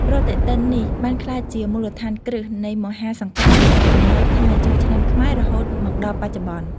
ប្រតិទិននេះបានក្លាយជាមូលដ្ឋានគ្រឹះនៃមហាសង្ក្រាន្តដែលកំណត់ថ្ងៃចូលឆ្នាំខ្មែររហូតមកដល់បច្ចុប្បន្ន។